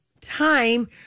time